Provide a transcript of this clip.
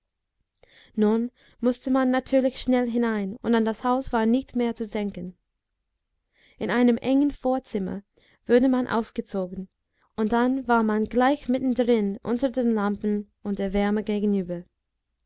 nun mußte man natürlich schnell hinein und an das haus war nicht mehr zu denken in einem engen vorzimmer wurde man ausgezogen und dann war man gleich mitten drin unter den lampen und der wärme gegenüber